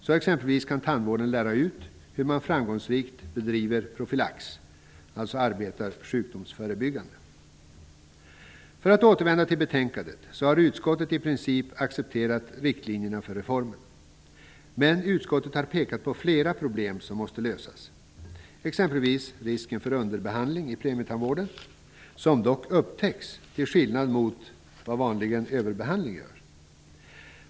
Tandvården kan exempelvis lära ut hur man framgångsrikt bedriver profylax, alltså arbetar sjukdomsförebyggande. För att återvända till betänkandet vill jag framhålla att utskottet i princip har accepterat riktlinjerna för reformen men att det har pekat på flera problem som måste lösas, exempelvis risken för underbehandling i premietandvården. Dessa upptäcks dock, till skillnad mot vad som vanligen är fallet vid överbehandling.